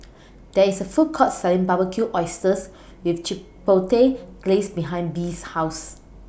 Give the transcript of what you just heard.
There IS A Food Court Selling Barbecued Oysters with Chipotle Glaze behind Bea's House